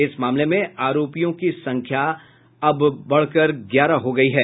इस मामले में आरोपियों की संख्या ग्यारह हो गई है